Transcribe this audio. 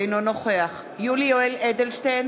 אינו נוכח יולי יואל אדלשטיין,